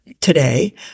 today